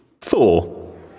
Four